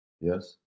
Yes